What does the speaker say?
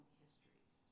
histories